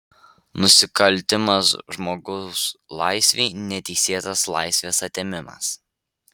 nusikaltimas žmogaus laisvei neteisėtas laisvės atėmimas